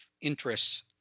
interests